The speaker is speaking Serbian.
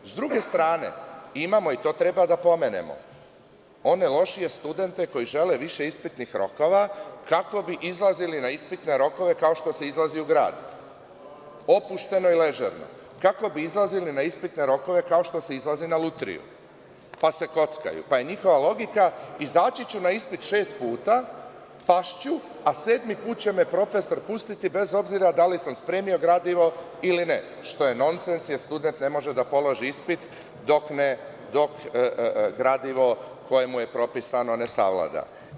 S druge strane, imamo i to treba da pomenemo one lošije studente koji žele više ispitnih rokova, kako bi izlazili na ispitne rokove kao što se izlazi u grad, opušteno i ležerno kako bi izlazili na ispitne rokove kao što se izlazi na lutriju, pa se kockaju, pa je njihova logika, izaći ću na ispit šest puta, pašću a sedmi put će me profesor pustiti bez obzira da li sam spremio gradivo ili ne, što je nonsens, jer student ne može da položi ispit dok gradivo koje mu je propisano ne savlada.